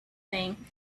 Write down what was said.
thing